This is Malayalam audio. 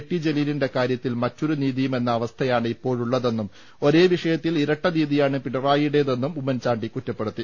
ടി ജലീലിന്റെ കാര്യത്തിൽ മറ്റൊരു രീതിയും എന്ന അവസ്ഥയാണ് ഇപ്പോഴുള്ളതെന്നും ഒരേ വിഷയത്തിൽ ഇരട്ട നീതിയാണ് പിണറായിയുടേതെന്നും ഉമ്മൻചാണ്ടി കുറ്റപ്പെടുത്തി